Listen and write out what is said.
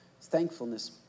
Thankfulness